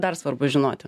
dar svarbu žinoti